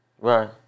Right